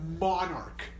monarch